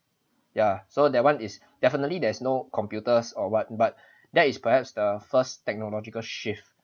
ya so that [one] is definitely there is no computers or what but that is perhaps the first technological shift